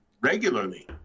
regularly